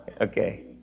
Okay